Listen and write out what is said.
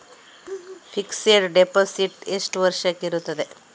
Fixed deposit ಎಷ್ಟು ವರ್ಷಕ್ಕೆ ಇರುತ್ತದೆ?